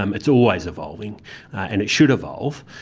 um it's always evolving and it should evolve.